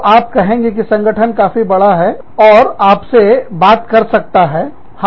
तो आप कहेंगे कि संगठन काफी बड़ा है और आपसे बात कर सकता है